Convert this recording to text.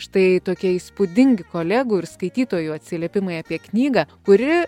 štai tokie įspūdingi kolegų ir skaitytojų atsiliepimai apie knygą kuri